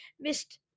missed